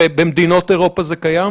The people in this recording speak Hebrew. ובמדינות אירופה זה קיים?